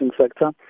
sector